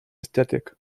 aesthetic